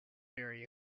very